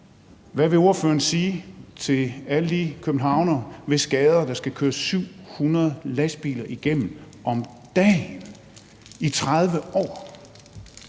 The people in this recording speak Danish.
Hvad vil ordføreren sige til alle de københavnere, igennem hvis gader der skal køre 700 lastbiler om dagen i 30 år?